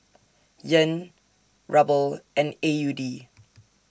Yen Ruble and A U D